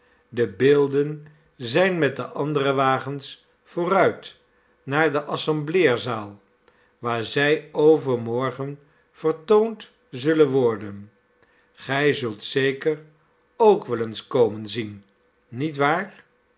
de beelden zijn met de andere wagens vooruit naar de assembleezaal waar zij overmorgen vertoond zullen worden gij zult zeker ook wel eens komen zien niet waar